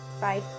Bye